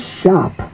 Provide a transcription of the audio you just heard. shop